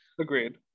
Agreed